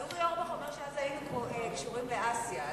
אבל אורי אורבך אומר שאז היינו קשורים לאסיה,